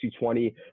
220